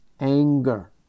anger